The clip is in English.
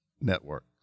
network